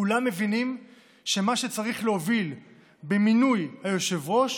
כולם מבינים שמה שצריך להוביל במינוי היושב-ראש